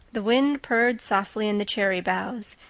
the wind purred softly in the cherry boughs,